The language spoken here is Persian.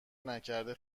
نکرده